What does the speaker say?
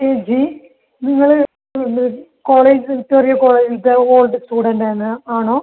ചേച്ചി നിങ്ങള് ഇവിടത്തെ കോളേജ് വിക്ടോറിയ കോളേജിലത്തെ ഓൾഡ് സ്റ്റുഡൻറ്റ് ആണ് ആണോ